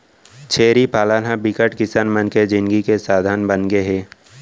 छेरी पालन ह बिकट किसान मन के जिनगी के साधन बनगे हे